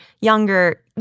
younger